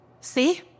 See